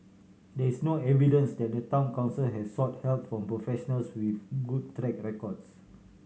there is no evidence that the Town Council has sought help from professionals with good track records